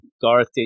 Garth